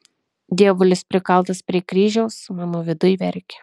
dievulis prikaltas prie kryžiaus mano viduj verkia